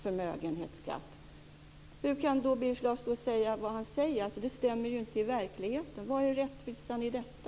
Hur kan då Birger Schlaug stå och säga vad han säger? Det stämmer ju inte i verkligheten. Var är rättvisan i detta?